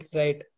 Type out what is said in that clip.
right